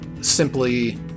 simply